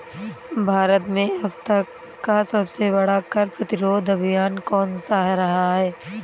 भारत में अब तक का सबसे बड़ा कर प्रतिरोध अभियान कौनसा रहा है?